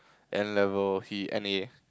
N-level he any